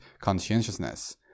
conscientiousness